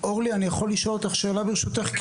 אורלי אני יכול לשאול אותך שאלה ברשותך?